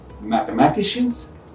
mathematicians